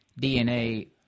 dna